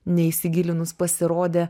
neįsigilinus pasirodė